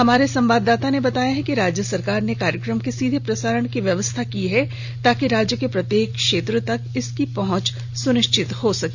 हमारे संवाददाता ने बताया कि राज्य सरकार ने कार्यक्रम के सीधे प्रसारण की व्यवस्था की है ताकि राज्य के प्रत्येक क्षेत्र तक इसकी पहुंच सुनिश्चित हो सके